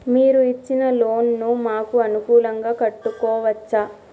మీరు ఇచ్చిన లోన్ ను మాకు అనుకూలంగా కట్టుకోవచ్చా?